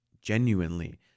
genuinely